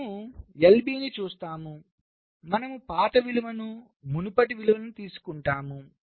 మనము LB ను చూస్తాము మనము పాత విలువను మునుపటి విలువను తీసుకుంటాము